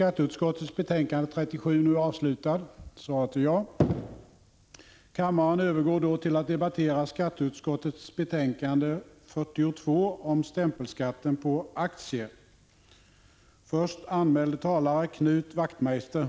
Det finns inget förslag som är ett hot mot integriteten — det har fastlagts av datainspektionen.